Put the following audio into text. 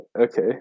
okay